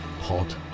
Pod